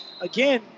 Again